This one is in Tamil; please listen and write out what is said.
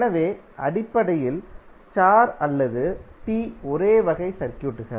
எனவே அடிப்படையில் ஸ்டார் அல்லது டி ஒரே வகை சர்க்யூட்கள்